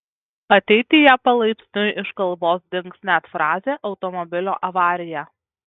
ateityje palaipsniui iš kalbos dings net frazė automobilio avarija